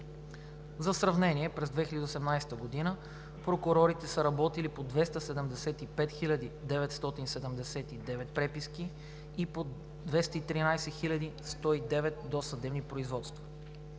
За сравнение, през 2018 г. прокурорите са работили по 275 979 преписки и по 213 109 досъдебни производства.